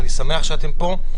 אני שמח שאתם פה.